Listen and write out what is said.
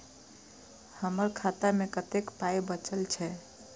हमर खाता मे कतैक पाय बचल छै